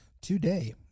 today